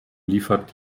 liefert